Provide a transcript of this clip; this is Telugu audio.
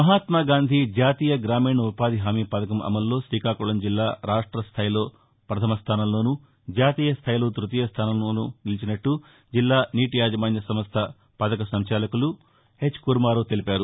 మహాత్మ గాంధీ జాతీయ గ్రామీణ ఉపాధి హామీ పథకం అమలులో శ్రీకాకుళం జిల్లా రాష్ట్ర స్థాయిలో ప్రధమ స్థానంలోనూ జాతీయ స్థాయిలో తృతీయ స్థానంలోనూ నిలిచినట్లు జిల్లా నీటి యాజమాన్య సంస్థ పథక సంచాలకులు హెచ్ కుర్మారావు తెలిపారు